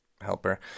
helper